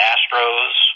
Astros